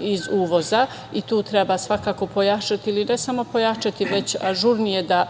iz uvoza i tu treba svakako pojačati ili ne samo pojačati, već ažurnije da